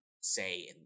say